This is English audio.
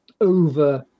over